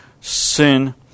sin